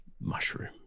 mushroom